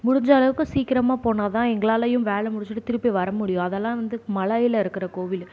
முடிஞ்சளவுக்கு சீக்கிரமா போனால்தான் எங்களாலேயும் வேலை முடிஞ்சிட்டு திருப்பி வரமுடியும் அதல்லாம் வந்து மலையில் இருக்கிற கோவில்